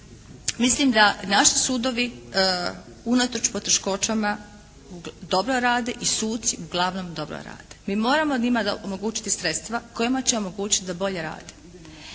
mislim da naši sudovi unatoč poteškoćama dobro rade i suci uglavnom dobro rade. Mi moramo njima omogućiti sredstva kojima ćemo omogućiti da bolje rade.